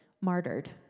martyred